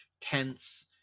tense